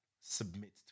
submit